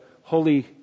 holy